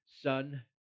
son